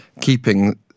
keeping